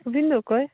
ᱟᱹᱵᱤᱱ ᱫᱚ ᱚᱠᱚᱭ